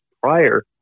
prior